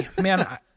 man